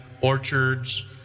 orchards